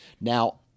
Now